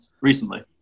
recently